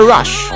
Rush